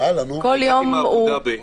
באתי מאבו דאבי.